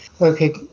Okay